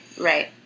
right